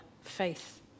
faith